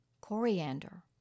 Coriander